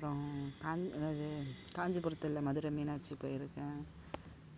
அப்புறம் அங் எது காஞ்சிபுரத்தில் மதுரை மீனாட்சி போயிருக்கேன்